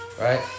Right